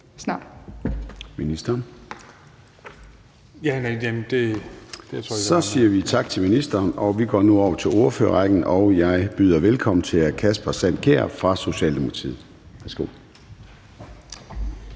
Så siger vi tak til ministeren. Vi går nu over til ordførerrækken, og jeg byder velkommen til hr. Kasper Sand Kjær fra Socialdemokratiet.